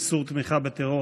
איסור תמיכה בטרור),